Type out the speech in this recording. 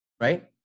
right